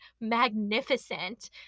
magnificent